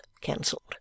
cancelled